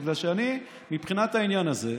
בגלל שמבחינת העניין הזה,